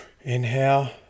inhale